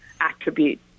attribute